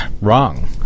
wrong